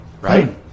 Right